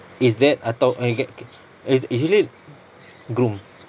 it's that atau I get c~ is isn't it groom